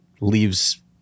leaves